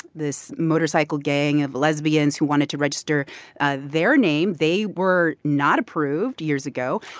this motorcycle gang of lesbians who wanted to register their name, they were not approved years ago.